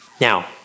Now